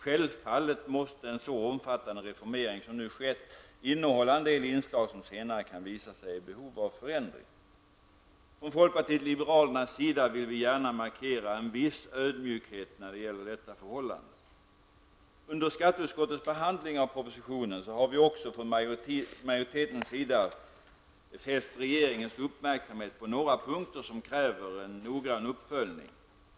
Självfallet måste en så omfattande reformering som nu skett innehålla en del inslag som senare kan visa sig i behov av förändring. Från folkpartiet liberalernas sida vill vi gärna markera en viss ödmjukhet när det gäller detta förhållande. Under skatteutskottets behandling av propositionen har vi också från majoritetens sida fäst regeringens uppmärksamhet på några punkter som kräver en noggrann uppföljning.